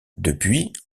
depuis